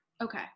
okay